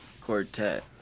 Quartet